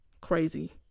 Crazy